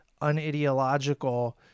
unideological